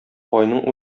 айның